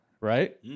Right